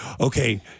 okay